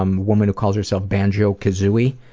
um woman who calls herself banjokazooey.